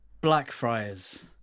Blackfriars